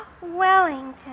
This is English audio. Wellington